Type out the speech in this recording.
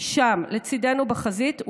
לצידנו בחזית,